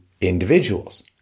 individuals